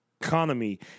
economy